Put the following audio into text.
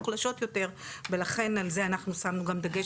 המוחלשות יותר ולכן על זה אנחנו שמנו גם דגש,